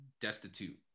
destitute